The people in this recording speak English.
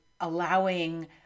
allowing